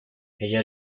ella